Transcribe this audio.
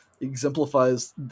exemplifies